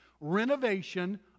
renovation